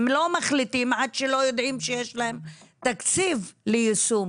הם לא מחליטים עד שלא יודעים שיש להם תקציב ליישום.